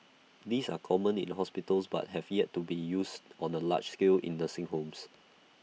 these are common in hospitals but have yet to be used on A large scale in nursing homes